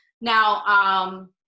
Now